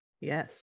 Yes